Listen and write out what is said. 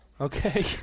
okay